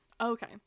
Okay